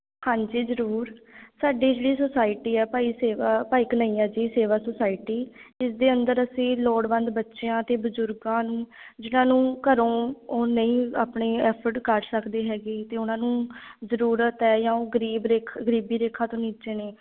ਹਾਂਜੀ ਜ਼ਰੂਰ ਸਾਡੇ ਜਿਹੜੀ ਸੁਸਾਇਟੀ ਆ ਭਾਈ ਸੇਵਾ ਭਾਈ ਘਨੱਈਆ ਜੀ ਸੇਵਾ ਸੋਸਾਇਟੀ ਇਸ ਦੇ ਅੰਦਰ ਅਸੀਂ ਲੋੜਵੰਦ ਬੱਚਿਆਂ ਅਤੇ ਬਜ਼ੁਰਗਾਂ ਨੂੰ ਜਿਹਨਾਂ ਨੂੰ ਘਰੋਂ ਉਹ ਨਹੀਂ ਆਪਣੇ ਐਫਰਟ ਕਰ ਸਕਦੇ ਹੈਗੇ ਅਤੇ ਉਹਨਾਂ ਨੂੰ ਜ਼ਰੂਰਤ ਹੈ ਜਾਂ ਉਹ ਗਰੀਬ ਰੇਖ ਗਰੀਬੀ ਰੇਖਾ ਤੋਂ ਨੀਚੇ ਨੇ